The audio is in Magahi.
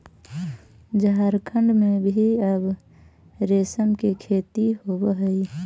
झारखण्ड में भी अब रेशम के खेती होवऽ हइ